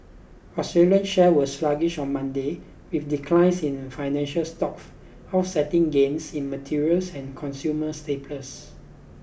Australian shares were sluggish on Monday with declines in financial stocks offsetting gains in materials and consumer staples